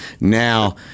now